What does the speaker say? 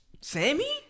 Sammy